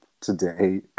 today